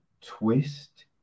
twist